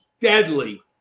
deadly